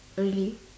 really